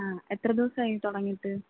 ആ എത്ര ദിവസമായി ഇത് തുടങ്ങിയിട്ട്